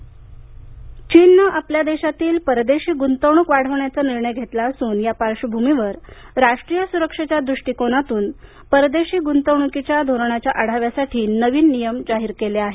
चीन गंतवणक चीननं आपल्या देशातील परदेशी गुंतवणूक वाढवण्याचा निर्णय घेतला असून या पार्श्वभूमीवर राष्ट्रीय सुरक्षेच्या दृष्टीकोनातून परदेशी गुंतवणुकीच्या धोरणाच्या आढाव्यासाठी नवीन नियम जाहीर केले आहेत